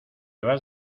vas